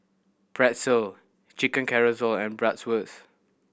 Pretzel Chicken Casserole and Bratwurst